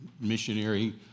missionary